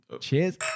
Cheers